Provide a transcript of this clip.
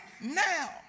now